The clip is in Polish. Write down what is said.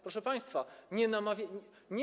Proszę państwa, nie namawiajcie.